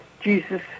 Jesus